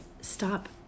stop